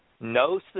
No